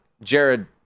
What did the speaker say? Jared